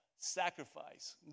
sacrifice